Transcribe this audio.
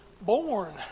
born